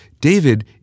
David